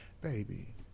baby